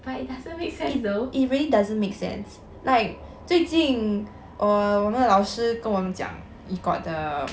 but it doesn't make sense though